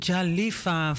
Jalifa